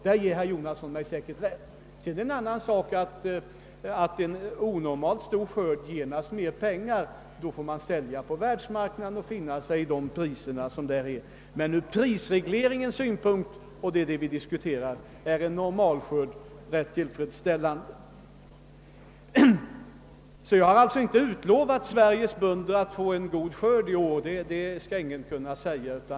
Det ger herr Jonasson mig säkert rätt i. En annan sak är att en skörd som är bättre än normalt ger mer pengar, trots att vi då får acceptera priserna på världsmarknaden. Men från prisregleringssynpunkt är en normalskörd rätt tillfredsställande. Jag har alltså inte utlovat Sveriges bönder en god skörd i år.